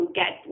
get